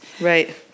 Right